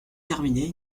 terminé